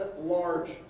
large